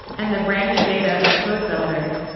and the brand new beta of code builder.